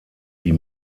die